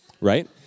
right